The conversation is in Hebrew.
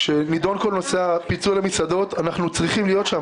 כשנידון פה נושא הפיצוי למסעדות אנחנו צריכים להיות שם,